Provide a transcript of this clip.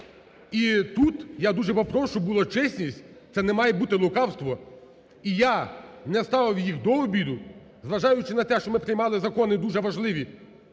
І тут, я дуже попрошу, була чесність, це не має бути лукавство, і я не ставив їх до обіду, зважаючи на те, що ми приймали закони дуже важливі,